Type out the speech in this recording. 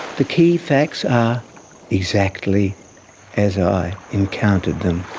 the key facts are exactly as i encountered them.